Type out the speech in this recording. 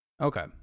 okay